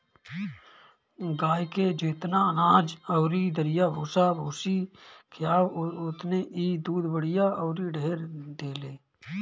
गाए के जेतना अनाज अउरी दरिया भूसा भूसी खियाव ओतने इ दूध बढ़िया अउरी ढेर देले